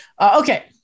Okay